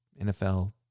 NFL